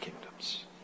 kingdoms